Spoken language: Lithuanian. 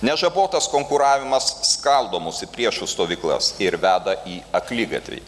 nežabotas konkuravimas skaldo mus į priešų stovyklas ir veda į akligatvį